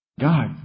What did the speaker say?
God